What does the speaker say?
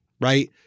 right